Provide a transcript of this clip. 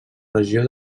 regió